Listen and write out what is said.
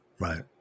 Right